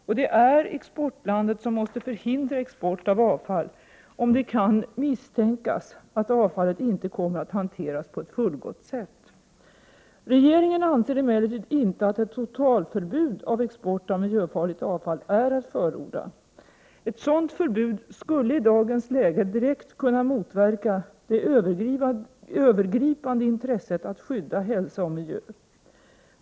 Och det är exportlandet som måste förhindra export av avfall, om det kan misstänkas att avfallet inte kommer att hanteras på ett fullgott sätt. Regeringen anser emellertid inte att ett totalförbud för export av miljöfarligt avfall är att förorda. Ett sådant förbud skulle i dagens läge direkt kunna motverka det övergripande intresset att skydda hälsan och miljön.